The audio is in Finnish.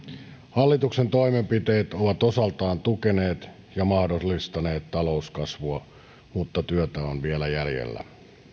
hallituksen toimenpiteet ovat osaltaan tukeneet ja mahdollistaneet talouskasvua mutta työtä on vielä jäljellä